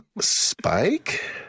spike